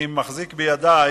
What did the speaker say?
אני מחזיק בידי